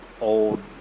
old